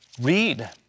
read